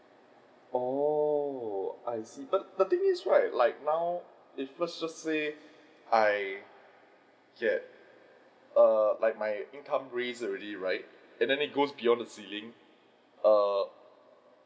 oh I see the the thing is right like now if let's just say I I get err like my income raised already right and then it goes beyond the ceiling err